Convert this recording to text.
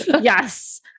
Yes